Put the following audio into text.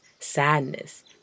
sadness